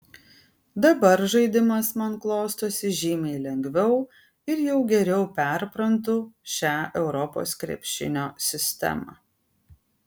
dabar žaidimas man klostosi žymiai lengviau ir jau geriau perprantu šią europos krepšinio sistemą